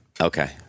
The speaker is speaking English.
Okay